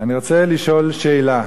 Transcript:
אני רוצה לשאול שאלה: